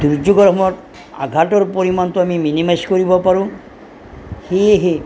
দুৰ্যোগৰ সময়ত আঘাতৰ পৰিমাণটো আমি মিনিমাইজ কৰিব পাৰোঁ সেয়েহে